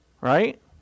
right